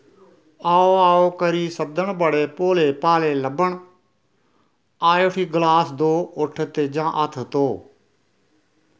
आओ आओ करी सद्दन बड़े भोले भाले लब्भन आए उठी गलास दो उठ तेजां हत्थ धो